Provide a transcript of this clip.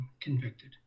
convicted